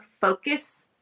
focus